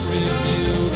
Review